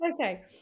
okay